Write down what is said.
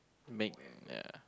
make ya